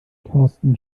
thorsten